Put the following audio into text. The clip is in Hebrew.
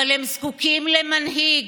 אבל הם זקוקים למנהיג,